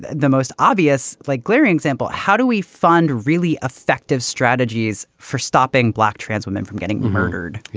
the most obvious, like glaring example. how do we fund really effective strategies for stopping black trans women from getting murdered, you